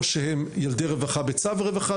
או שהם ילדי רווחה בצו רווחה.